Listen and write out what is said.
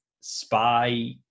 spy